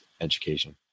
education